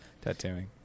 tattooing